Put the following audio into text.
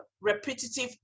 repetitive